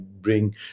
bring